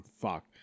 fuck